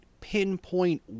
pinpoint